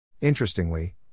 Interestingly